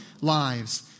lives